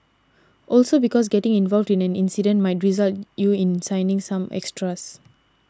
also because getting involved in an incident might result you in signing some extras